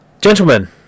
Gentlemen